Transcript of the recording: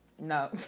No